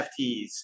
NFTs